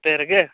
train ᱨᱮᱜᱮ